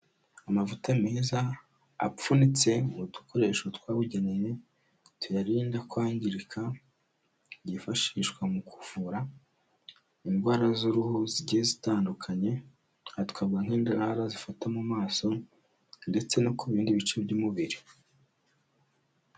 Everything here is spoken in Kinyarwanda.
Amavuta meza apfunyitse mu dukoresho twabugenewe tuyarinda kwangirika yifashishwa mu kuvura indwara z'uruhu zigiye zitandukanye, aha twavuga nk'indarara zifata mu maso ndetse no ku bindi bice by'umubiri.